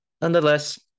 nonetheless